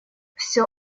все